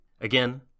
again